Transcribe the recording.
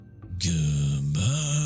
goodbye